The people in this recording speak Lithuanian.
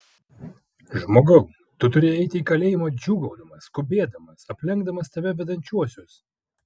žmogau tu turi eiti į kalėjimą džiūgaudamas skubėdamas aplenkdamas tave vedančiuosius